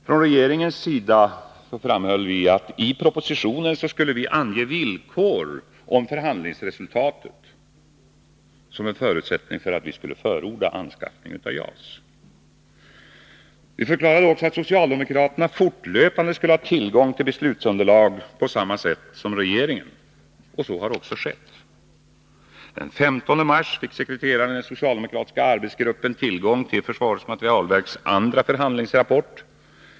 Från regeringens sida framhöll vi att vi i propositionen skulle ange villkor om förhandlingsresultatet för att vi skulle förorda anskaffning av JAS. Vi förklarade också att socialdemokraterna fortlöpande skulle ha tillgång till beslutsunderlag på samma sätt som regeringen. Så har också skett. Den 15 mars fick sekreteraren i den socialdemokratiska arbetsgruppen tillgång till försvarets materielverks andra förhandlingsrapport.